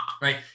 Right